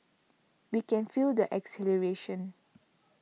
we can feel their exhilaration